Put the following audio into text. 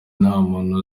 ntamuntu